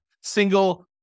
single